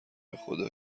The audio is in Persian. بخدا